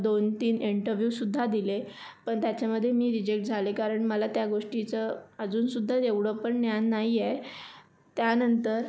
दोन तीन एंटरव्ह्यूसुद्धा दिले पण त्याच्यामध्ये मी रिजेक्ट झाले कारण मला त्या गोष्टीचं अजूनसुद्धा एवढं पण ज्ञान नाही आहे त्यानंतर